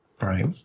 Right